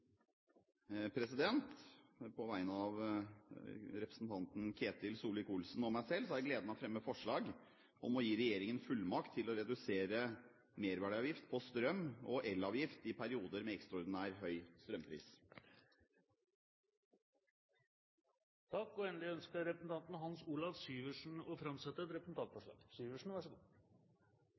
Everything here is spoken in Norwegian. På vegne av representanten Ketil Solvik-Olsen og meg selv har jeg gleden av å fremme forslag om å gi regjeringen fullmakt til å redusere merverdiavgift på strøm og elektrisitetsavgift i perioder med ekstraordinær høy strømpris. Endelig vil representanten Hans Olav Syversen framsette et representantforslag.